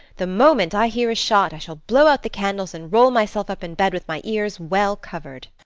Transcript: the moment i hear a shot, i shall blow out the candles and roll myself up in bed with my ears well covered.